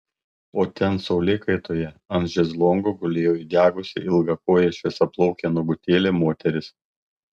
o ten saulėkaitoje ant šezlongo gulėjo įdegusi ilgakojė šviesiaplaukė nuogutėlė moteris